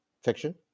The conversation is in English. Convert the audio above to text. fiction